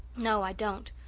no, i don't.